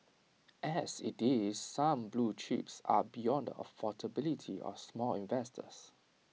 as IT is some blue chips are beyond the affordability of small investors